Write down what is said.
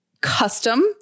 custom